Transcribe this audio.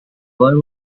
boy